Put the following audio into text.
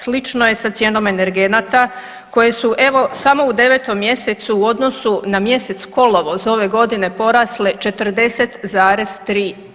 Slično je i sa cijenom energenata koje su evo samo u 9. mjesecu u odnosu na mjesec kolovoz ove godine porasle 40,3%